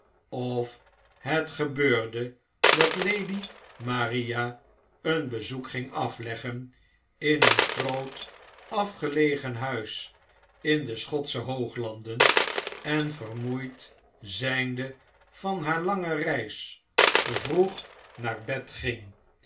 of het gebeurde dat lady maria een bezoek ging afleggen in een groot afgelegen huis in de schotsche hooglanden en vermoeid zynde van haar lange reis vroeg naar bed ging